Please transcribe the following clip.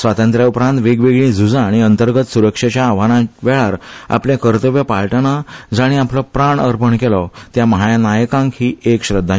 स्वातंत्र्या उपरांत वेगवेगळी झुजां आनी अंतर्गत सुरक्षेच्या आव्हानां वेळार आपले कर्तव्य पाळटना जांणी आपलो प्राण त्याग केलो त्या महानायकांक ही एक आर्गां